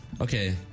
Okay